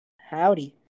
Howdy